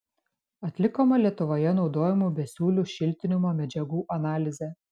atlikome lietuvoje naudojamų besiūlių šiltinimo medžiagų analizę